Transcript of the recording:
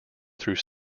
through